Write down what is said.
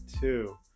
two